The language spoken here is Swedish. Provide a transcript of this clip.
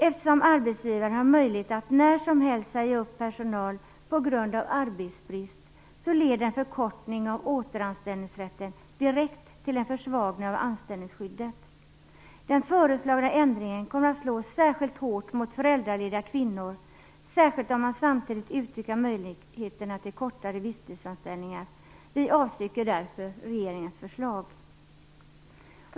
Eftersom arbetsgivaren har möjlighet att när som helst säga upp personal på grund av arbetsbrist leder en förkortning av återanställningsrätten direkt till en försvagning av anställningsskyddet. Den föreslagna ändringen kommer att slå särskilt hårt mot föräldralediga kvinnor, särskilt om man samtidigt utvidgar möjligheterna till kortare visstidsanställningar. Vi avstyrker därför regeringens förslag.